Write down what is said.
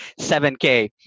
7K